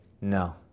No